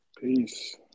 peace